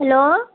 hello